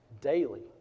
daily